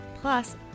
plus